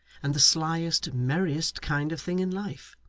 and the slyest, merriest kind of thing in life.